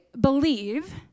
believe